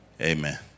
amen